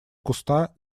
куста